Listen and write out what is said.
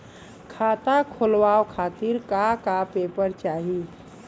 खाता खोलवाव खातिर का का पेपर चाही?